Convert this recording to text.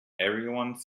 everyone